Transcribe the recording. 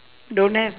don't have